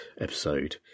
episode